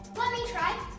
let me try.